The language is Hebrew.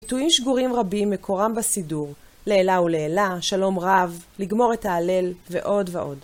ביטויים שגורים רבים מקורם בסידור, לעילה ולעילה, שלום רב, לגמור את ההלל, ועוד ועוד.